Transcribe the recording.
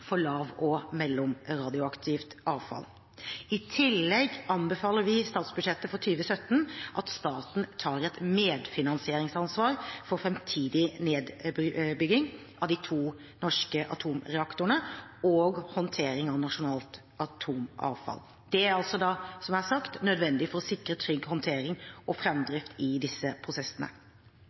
for lav- og mellomradioaktivt avfall. I tillegg anbefaler vi i statsbudsjettet for 2017 at staten tar et medfinansieringsansvar for framtidig nedbygging av de to norske atomreaktorene og håndtering av nasjonalt atomavfall. Det er, som jeg har sagt, nødvendig for å sikre trygg håndtering og framdrift i disse prosessene.